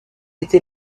était